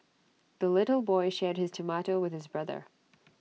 the little boy shared his tomato with his brother